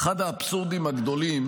אחד האבסורדים הגדולים